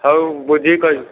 ହଉ ବୁଝିକି କହିବୁ